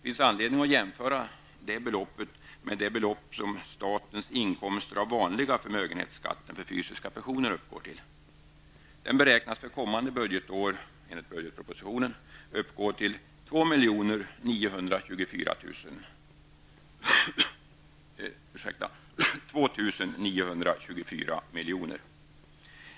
Jag vill jämföra detta belopp med statens inkomster av den vanliga förmögenhetsskatten för fysiska personer. De beräknas för kommande budgetår uppgå till 2 924 milj.kr.